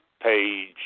page